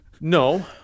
No